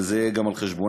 וזה יהיה גם על חשבונה,